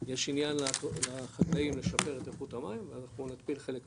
יש עניין לחקלאים לשפר את איכות המים ואנחנו נתפיל חלק מהמים,